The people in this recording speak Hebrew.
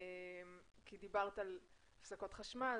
דיברת על הפסקות חשמל,